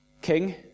King